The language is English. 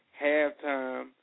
halftime